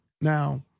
Now